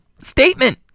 statement